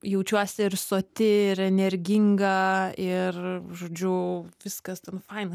jaučiuosi ir soti ir energinga ir žodžiu viskas ten faina